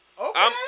Okay